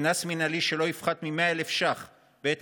קנס מינהלי שלא יפחת מ-100,000 ש"ח בעת